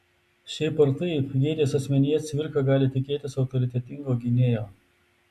šiaip ar taip gėtės asmenyje cvirka gali tikėtis autoritetingo gynėjo